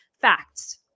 facts